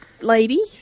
lady